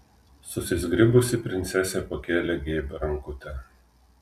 susizgribusi princesė pakėlė geibią rankutę